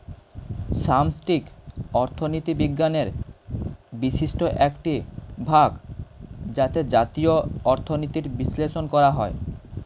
সামষ্টিক অর্থনীতি বিজ্ঞানের বিশিষ্ট একটি ভাগ যাতে জাতীয় অর্থনীতির বিশ্লেষণ করা হয়